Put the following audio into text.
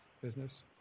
business